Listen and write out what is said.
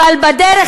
אבל בדרך,